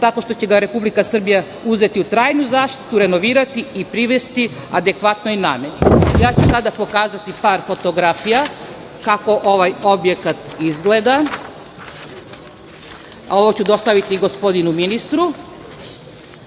tako što će ga Republike Srbija uzeti u trajnu zaštitu, renovirati i privesti adekvatnoj nameni? Ja ću sada pokazati par fotografija kako ovaj objekat izgleda. Ovu ću dostaviti gospodinu ministru.